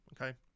okay